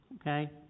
Okay